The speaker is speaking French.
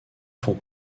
font